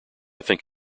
think